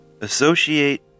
Associate